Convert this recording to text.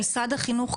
משרד החינוך,